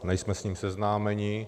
Nejsme s ním seznámeni.